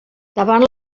davant